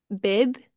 bib